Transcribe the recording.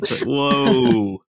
Whoa